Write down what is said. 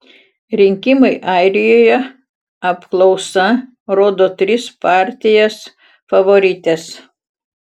rinkimai airijoje apklausa rodo tris partijas favorites